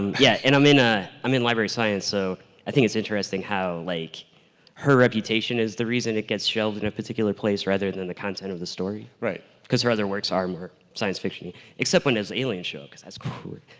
yeah and i'm in ah um in library science, so i think it's interesting how like her reputation is the reason it gets shelved in a particular place rather than the content of the story. right. because her other works are um in science fiction except when there's aliens because that's.